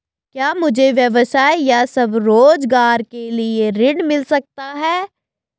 क्या मुझे व्यवसाय या स्वरोज़गार के लिए ऋण मिल सकता है?